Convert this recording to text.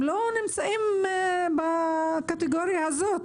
הם לא נמצאים בקטגוריה הזאת,